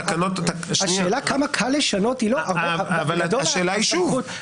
התקנון --- השאלה כמה קל לשנות היא לא --- השאלה היא שוב,